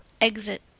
Exit